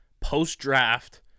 post-draft